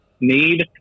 need